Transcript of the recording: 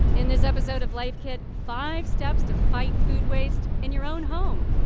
in this episode of life kit, five steps to fight food waste in your own home.